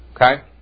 Okay